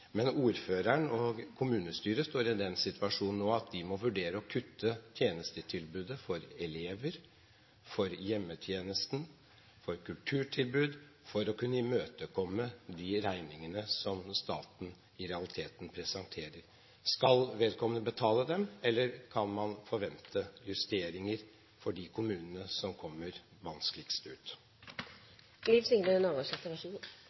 Men ordføreren og kommunestyret er i den situasjonen nå at de må vurdere å kutte i tjenestetilbudet for elever, hjemmetjenesten, kulturtilbud, for å kunne imøtekomme de regningene som staten i realiteten presenterer. Skal vedkommende betale dem, eller kan man forvente justeringer for de kommunene som kommer vanskeligst ut? I forkant av innføringa av denne reforma har det vore ein god